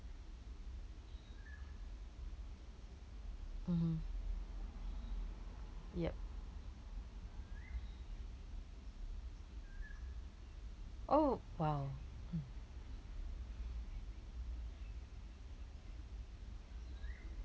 mmhmm yup oh !wow!